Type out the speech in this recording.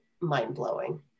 mind-blowing